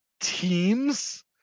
teams